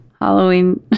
halloween